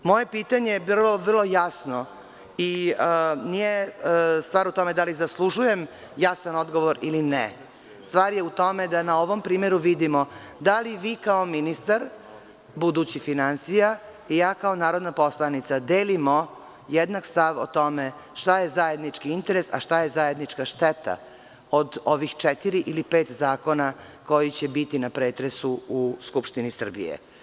Moje pitanje je bilo vrlo jasno i nije stvar u tome da li zaslužujem jasan odgovor ili ne, već je stvar u tome da na ovom primeru vidimo da li vi, kao ministar, budući finansija, i ja, kao narodna poslanica, delimo jednak stav o tome šta je zajednički interes, a šta je zajednička šteta od ovih četiri ili pet zakona koji će biti na pretresu u Skupštini Srbiji.